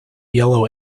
yellow